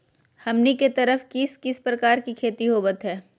हमनी के तरफ किस किस प्रकार के खेती होवत है?